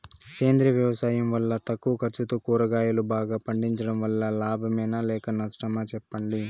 సేంద్రియ వ్యవసాయం వల్ల తక్కువ ఖర్చుతో కూరగాయలు బాగా పండించడం వల్ల లాభమేనా లేక నష్టమా సెప్పండి